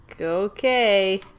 Okay